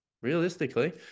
Realistically